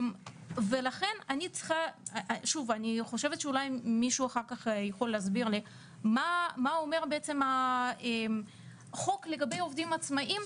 מישהו יכול להסביר לי מה אומר החוק לגבי עובדים עצמאים.